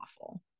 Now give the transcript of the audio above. awful